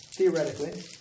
theoretically